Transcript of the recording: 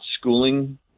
schooling